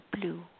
blue